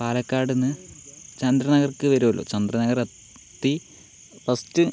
പാലക്കാടിൽ നിന്ന് ചന്ദ്രനഗർക്ക് വരോല്ലോ ചന്ദ്രനഗർ എത്തി ഫസ്റ്റ്